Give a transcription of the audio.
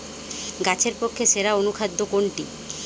গাছের পক্ষে সেরা অনুখাদ্য কোনটি?